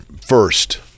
First